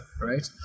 right